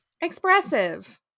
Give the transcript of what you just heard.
expressive